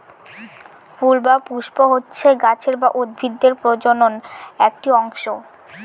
ফুল বা পুস্প হচ্ছে গাছের বা উদ্ভিদের প্রজনন একটি অংশ